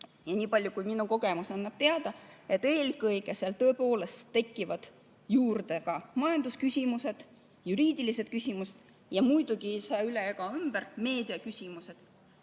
ja niipalju kui minu kogemus annab teada, et eelkõige seal tõepoolest tekivad juurde ka majandusküsimused, juriidilised küsimused ja muidugi ei saa üle ega ümber laiema